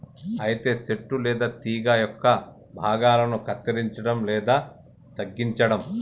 అయితే సెట్టు లేదా తీగ యొక్క భాగాలను కత్తిరంచడం లేదా తగ్గించడం